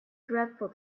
dreadful